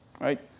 Right